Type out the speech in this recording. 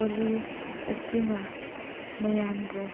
ꯍꯣꯂꯤ ꯑꯁꯤꯅ ꯃꯌꯥꯝꯕꯨ